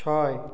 ছয়